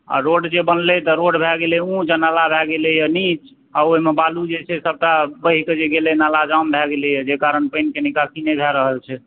आ रोड जे बनलै तऽ रोड भए गेलै ऊँच आ नाला भए गेलैया नीच आ ओहिमे बालू जे छै सबटा बहि कऽ जे गेलै नाला जाम भए गेलैया जाहि कारण पानि कऽ निकासी नहि भए रहल छै